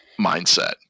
mindset